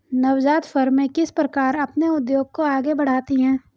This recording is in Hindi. नवजात फ़र्में किस प्रकार अपने उद्योग को आगे बढ़ाती हैं?